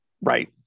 Right